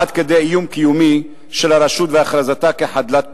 עד כדי איום קיומי של הרשות והכרזתה כחדלת פירעון.